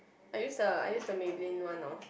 I use the I use the Maybelline one orh